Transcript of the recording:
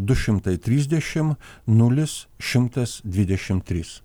du šimtai trisdešim nulis šimtas dvidešim trys